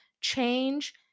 change